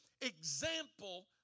example